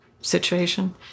situation